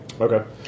Okay